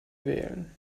wählen